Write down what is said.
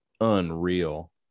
unreal